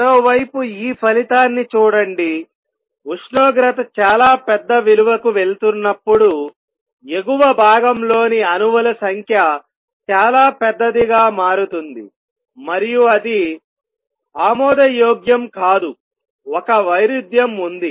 మరోవైపు ఈ ఫలితాన్ని చూడండి ఉష్ణోగ్రత చాలా పెద్ద విలువకు వెళుతున్నప్పుడు ఎగువ భాగం లోని అణువుల సంఖ్య చాలా పెద్దదిగా మారుతుంది మరియు అది ఆమోదయోగ్యం కాదు ఒక వైరుధ్యం ఉంది